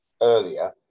earlier